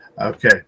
Okay